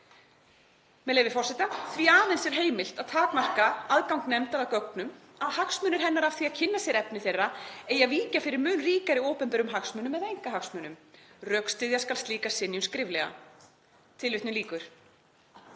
beiðninnar. […] Því aðeins er heimilt að takmarka aðgang nefndar að gögnum að hagsmunir hennar af því að kynna sér efni þeirra eigi að víkja fyrir mun ríkari opinberum hagsmunum eða einkahagsmunum. Rökstyðja skal slíka synjun skriflega.“ Um árabil hefur